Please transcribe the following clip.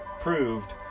proved